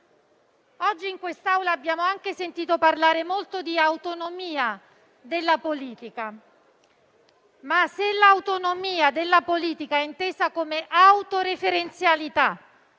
Oggi in quest'Aula abbiamo sentito parlare molto anche di autonomia della politica. Ma, se l'autonomia della politica è intesa come autoreferenzialità